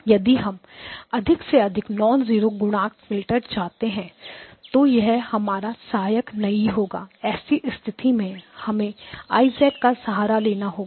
यदि हम अधिक से अधिक नॉन जीरो गुणांक फिल्टर चाहते हैं तो यह हमारा सहायक नहीं होगा ऐसी स्थिति में हमें I का सहारा लेना होगा